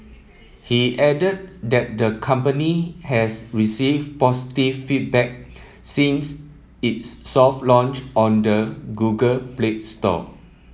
he added that the company has receive positive feedback since its soft launch on the Google Play Store